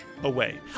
away